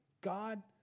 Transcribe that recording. God